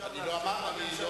אנחנו